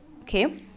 Okay